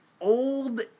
old